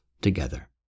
together